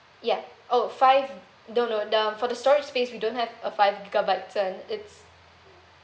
ya oh five don't no the for the storage space we don't have a five gigabytes [one] it's